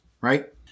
right